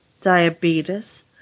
diabetes